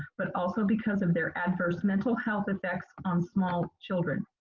but also because of their adverse mental health effects on small children.